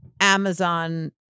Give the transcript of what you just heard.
Amazon